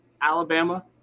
Alabama